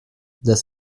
das